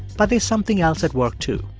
but there's something else at work, too,